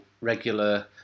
regular